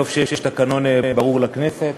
טוב שיש תקנון ברור לכנסת,